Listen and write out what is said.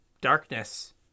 darkness